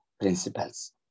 principles